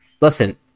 Listen